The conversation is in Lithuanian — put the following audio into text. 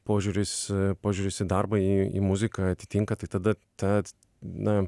požiūris požiūris į darbą į į muziką atitinka tai tada ta na